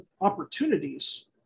opportunities